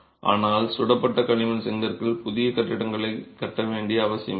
ஆனால் சுடப்பட்ட களிமண் செங்கற்களால் புதிய கட்டிடங்களை கட்ட வேண்டிய அவசியமில்லை